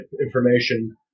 information